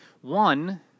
One